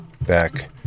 back